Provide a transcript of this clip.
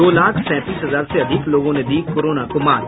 दो लाख सैंतीस हजार से अधिक लोगों ने दी कोरोना को मात